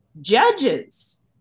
Judges